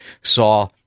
saw